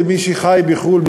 למי שחי בחו"ל,